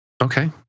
Okay